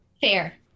Fair